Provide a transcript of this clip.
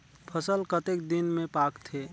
फसल कतेक दिन मे पाकथे?